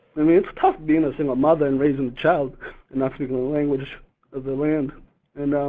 i mean, it's tough being a single mother and raising a child and not speaking the language of the land and